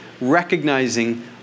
recognizing